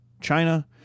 China